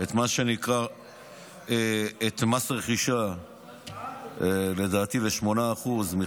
את מה שנקרא מס רכישה ל-8%, לדעתי.